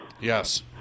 Yes